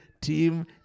Team